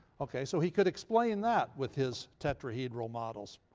okay, so he could explain that with his tetrahedral models.